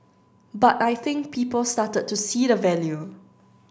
but I think people started to see the value